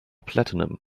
platinum